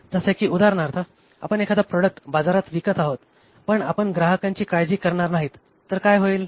जसे की उदाहरणार्थ आपण एखादा प्रॉडक्ट बाजारात विकत आहोत पण आपण ग्राहकांची काळजी करणार नाही तर काय होईल